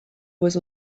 was